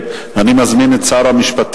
אני מזמין את שר המשפטים.